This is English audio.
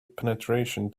penetration